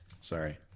Sorry